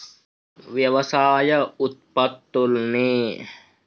వ్యవసాయ ఉత్పత్తుల్ని